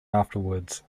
afterwards